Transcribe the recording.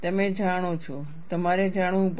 તમે જાણો છો તમારે જાણવું પડશે